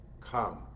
come